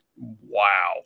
wow